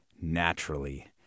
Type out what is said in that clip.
naturally